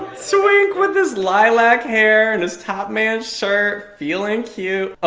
so twink with his lilac hair and his topman shirt, feeling cute. oh.